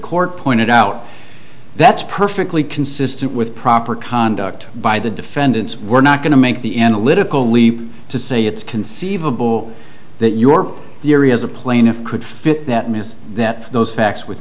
court pointed out that's perfectly consistent with proper conduct by the defendants we're not going to make the analytical leap to say it's conceivable that your theory is a plaintiff could fit that miss that those facts with